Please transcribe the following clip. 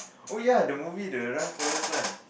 oh ya the movie the run forest run